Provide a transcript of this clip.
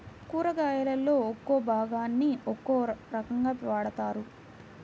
కూరగాయలలో ఒక్కో భాగాన్ని ఒక్కో రకంగా వాడతారు